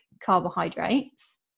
carbohydrates